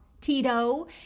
Tito